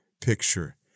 picture